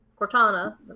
Cortana